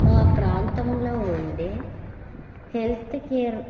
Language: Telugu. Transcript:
మా ప్రాంతంలో ఉండే హెల్త్ కేర్